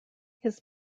his